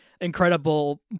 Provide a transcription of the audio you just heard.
incredible